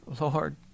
Lord